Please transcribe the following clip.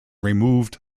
removed